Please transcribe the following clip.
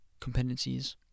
competencies